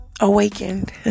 awakened